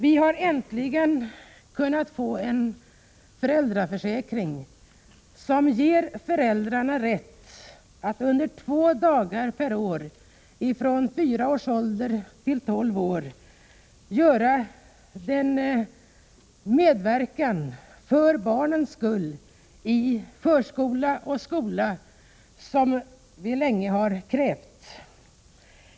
Vi har äntligen kunnat få en föräldraförsäkring som ger föräldrarna rätt att under två dagar per år, från fyra års ålder till tolv år, göra den medverkan för barnens skull i förskola och skola som de länge har krävt.